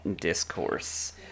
Discourse